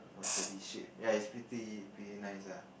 watery shape ya it's pretty pretty nice lah